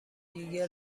دیگه